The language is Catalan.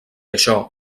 això